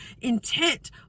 intent